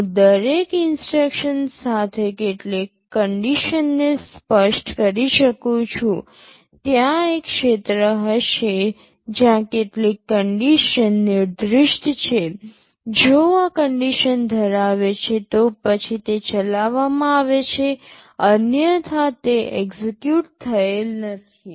હું દરેક ઇન્સટ્રક્શન સાથે કેટલીક કન્ડિશનને સ્પષ્ટ કરી શકું છું ત્યાં એક ક્ષેત્ર હશે જ્યાં કેટલીક કન્ડિશન નિર્દિષ્ટ છે જો આ કન્ડિશન ધરાવે છે તો પછી તે ચલાવવામાં આવે છે અન્યથા તે એક્સેકયુટ થયેલ નથી